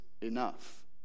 enough